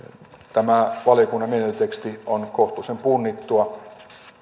tämä valiokunnan mietintöteksti on kohtuullisen punnittua